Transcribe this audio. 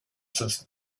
since